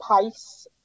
pace